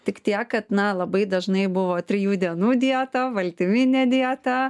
tik tiek kad na labai dažnai buvo trijų dienų dieta baltyminė dieta